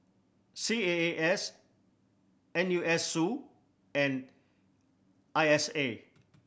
C A A S N U S and I S A